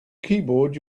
keyboard